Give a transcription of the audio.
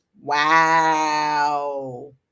Wow